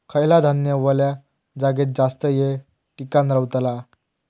खयला धान्य वल्या जागेत जास्त येळ टिकान रवतला?